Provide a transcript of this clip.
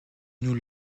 nous